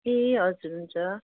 ए हजुर हुन्छ